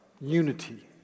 unity